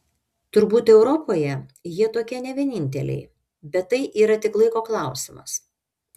turbūt europoje jie tokie ne vieninteliai bet tai yra tik laiko klausimas